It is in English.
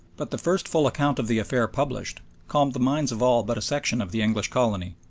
but the first full account of the affair published calmed the minds of all but a section of the english colony.